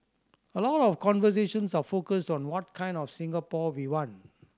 a lot of conversations are focused on what kind of Singapore we want